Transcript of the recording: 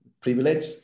privilege